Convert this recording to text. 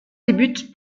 débute